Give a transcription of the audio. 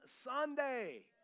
Sunday